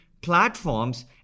platforms